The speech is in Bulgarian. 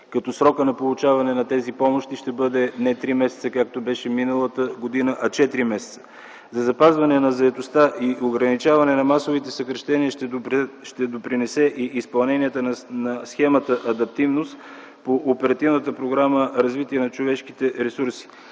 Срокът на получаване на тези помощи ще бъде не 3 месеца, както беше миналата година, а 4 месеца. За запазване на заетостта и ограничаване на масовите съкращения ще допринесе и изпълнението на схемата „Адаптивност” по оперативната програма „Развитие на човешките ресурси”.